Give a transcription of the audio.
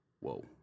Whoa